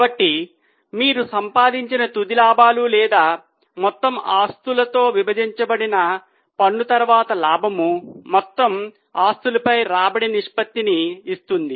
కాబట్టి మీరు సంపాదించిన తుది లాభాలు లేదా మొత్తం ఆస్తులతో విభజించబడిన పన్ను తరువాత లాభం మొత్తం ఆస్తులపై రాబడి నిష్పత్తిని ఇస్తుంది